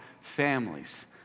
families